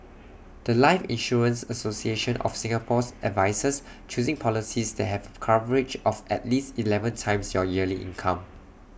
The Life insurance association of Singapore's advises choosing policies that have A coverage of at least Eleven times your yearly income